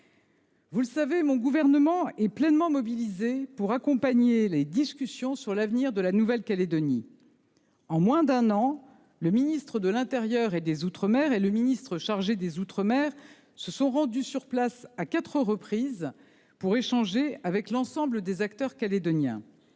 Vous le savez, mon gouvernement est pleinement mobilisé pour accompagner les discussions sur l'avenir de la Nouvelle-Calédonie. En moins d'un an, le ministre de l'intérieur et des outre-mer et le ministre chargé des outre-mer se sont rendus sur place à quatre reprises pour échanger avec l'ensemble des acteurs calédoniens.